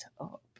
up